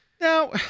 Now